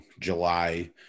July